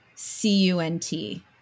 C-U-N-T